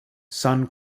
sun